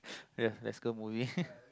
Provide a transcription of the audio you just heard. yeah let's go movie